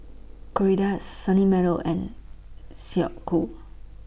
Gilera Sunny Meadow and Snek Ku